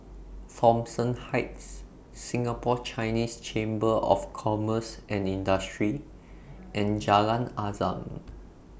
Thomson Heights Singapore Chinese Chamber of Commerce and Industry and Jalan Azam